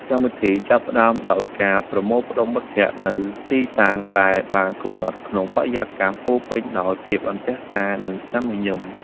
កម្មវិធីចាប់ផ្ដើមដោយការប្រមូលផ្ដុំមិត្តភក្តិនៅទីតាំងដែលបានកំណត់ ក្នុងបរិយាកាសពោរពេញដោយភាពអន្ទះសារ និងស្នាមញញឹម។